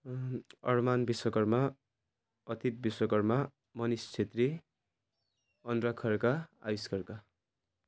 Armaan Vishwakarma Pratik Vishwakarma Manish Chhetri Anurag Khadka Ayush Khadka